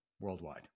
worldwide